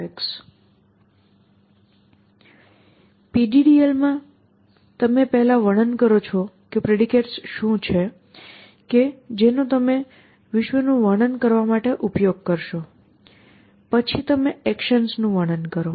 PDDL માં તમે પહેલા વર્ણન કરો છો કે પ્રેડિકેટ્સ શું છે કે જેનો તમે વિશ્વનું વર્ણન કરવા માટે ઉપયોગ કરી શકશો પછી તમે એકશન્સનું વર્ણન કરો